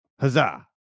Huzzah